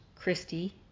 Christy